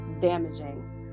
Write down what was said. damaging